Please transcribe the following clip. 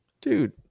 Dude